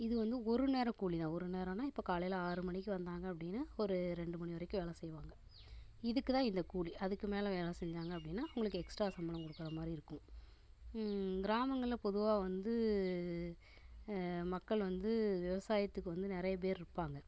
இது வந்து ஒரு நேர கூலி தான் ஒரு நேரம்னா இப்போ காலையில் ஆறு மணிக்கு வந்தாங்க அப்படின்னா ஒரு ரெண்டு மணி வரைக்கும் வேலை செய்வாங்க இதுக்கு தான் இந்த கூலி அதுக்கு மேலே வேலை செஞ்சாங்க அப்படின்னா அவங்களுக்கு எக்ஸ்ட்ரா சம்பளம் கொடுக்குற மாதிரி இருக்கும் கிராமங்களில் பொதுவாக வந்து மக்கள் வந்து விவசாயத்துக்கு வந்து நிறைய பேர் இருப்பாங்க